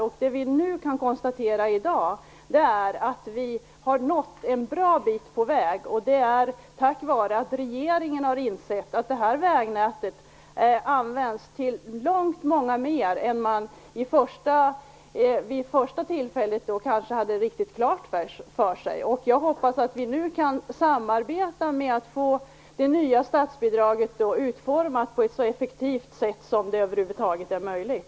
Vad vi i dag kan konstatera är att vi har nått en bra bit på väg, tack vare att regeringen har insett att detta vägnät används av långt fler än vad man vid första tillfället hade riktigt klart för sig. Jag hoppas att vi nu kan samarbeta för att få det nya statsbidraget utformat på ett så effektivt sätt som det över huvud taget är möjligt.